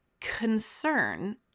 concern